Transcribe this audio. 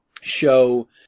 show